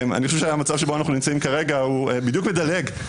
אני חושב שהמצב שבו אנחנו נמצאים כרגע הוא בדיוק לדלג,